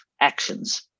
actions